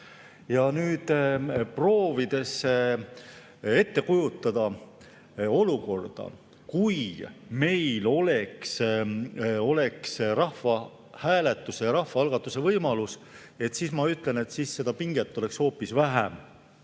pinget. Proovides ette kujutada olukorda, kus meil oleks rahvahääletuse ja rahvaalgatuse võimalus, ma ütlen, et siis seda pinget oleks hoopis vähem